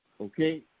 okay